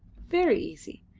very easy.